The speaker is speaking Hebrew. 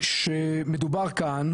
שמדובר כאן